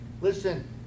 listen